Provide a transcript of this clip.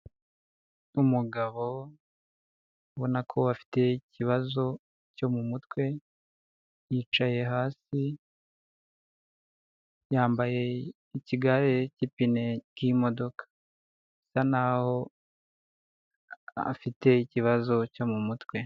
Umugabo ubona ko afite ikibazo cyo mu mutwe, yicaye hasi yambaye ikigare cy'ipine y'imodoka bisa nkaho afite ikibazo cyo mu mutwe.